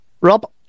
Rob